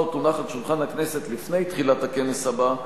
או תונח על שולחן הכנסת לפני תחילת הכנס הבא,